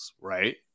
Right